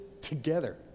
together